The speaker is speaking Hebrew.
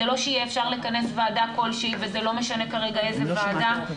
זה לא שיהיה אפשר לכנס ועדה כלשהי וזה לא משנה כרגע איזה ועדה,